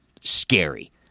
scary